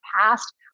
past